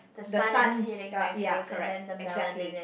the sun uh ya correct exactly